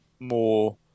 More